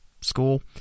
school